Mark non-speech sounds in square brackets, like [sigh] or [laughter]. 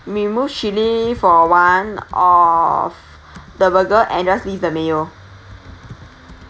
remove chilli for one of [breath] the burger and just leave the mayo